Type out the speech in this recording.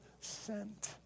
sent